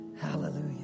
Hallelujah